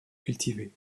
cultivée